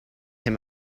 him